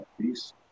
peace